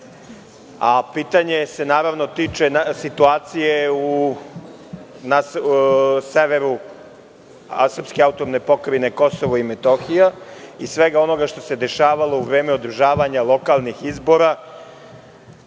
pitanje. Pitanje se naravno tiče situacije na severu srpske AP Kosovo i Metohija i svega onoga što se dešavalo u vreme održavanja lokalnih izbora